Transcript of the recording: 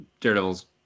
daredevil's